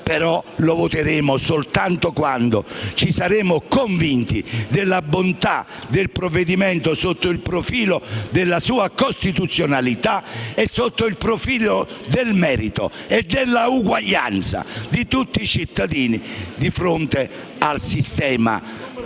- ma lo voteremo soltanto quando ci saremo convinti della bontà del provvedimento sotto il profilo della sua costituzionalità, del merito e dell'uguaglianza di tutti i cittadini di fronte al sistema previdenziale.